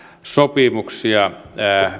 sopimuksia